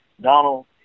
Donald